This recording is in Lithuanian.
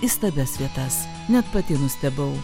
įstabias vietas net pati nustebau